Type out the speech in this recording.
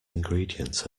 ingredient